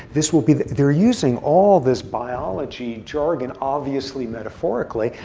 this will be they're using all this biology jargon, obviously metaphorically.